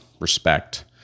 Respect